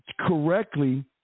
correctly